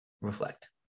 reflect